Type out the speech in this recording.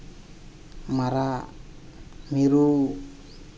ᱢᱟᱨᱟᱜ ᱢᱤᱨᱩ